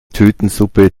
tütensuppe